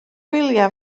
wyliau